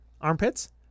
armpits